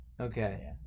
Okay